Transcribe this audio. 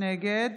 נגד